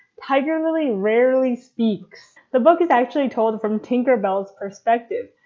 tiger lily rarely speaks! the book is actually told from tinkerbell's perspective,